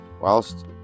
Whilst